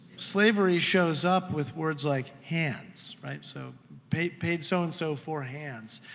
slavery shows up with words like hands, right, so paid paid so-and-so for hands.